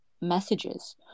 messages